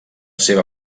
seva